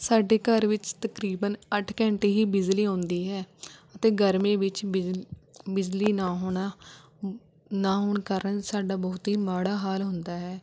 ਸਾਡੇ ਘਰ ਵਿੱਚ ਤਕਰੀਬਨ ਅੱਠ ਘੰਟੇ ਹੀ ਬਿਜਲੀ ਆਉਂਦੀ ਹੈ ਅਤੇ ਗਰਮੀ ਵਿੱਚ ਬਿਜਲ ਬਿਜਲੀ ਨਾ ਹੋਣਾ ਨਾ ਹੋਣ ਕਾਰਨ ਸਾਡਾ ਬਹੁਤ ਹੀ ਮਾੜਾ ਹਾਲ ਹੁੰਦਾ ਹੈ